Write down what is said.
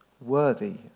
worthy